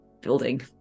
building